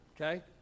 okay